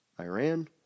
Iran